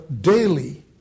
daily